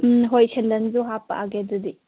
ꯎꯝ ꯍꯣꯏ ꯁꯦꯟꯗꯜꯁꯨ ꯍꯥꯞꯄꯛꯑꯒꯦ ꯑꯗꯨꯗꯤ